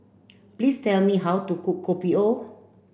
please tell me how to cook Kopi O